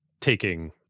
taking